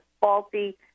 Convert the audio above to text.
faulty